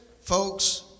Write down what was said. folks